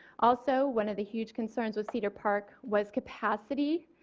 also one of the huge concerns with cedar park was capacity.